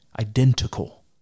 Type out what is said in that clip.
identical